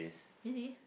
really